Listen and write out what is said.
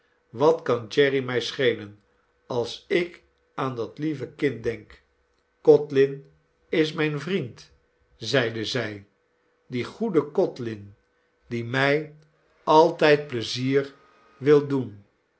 wat kan jerry mij schelen als ik aan dat lieve kind denk codlin is mijn vriend zeide zij die goede codlin die mij mm nelly altijd pleizier wil doen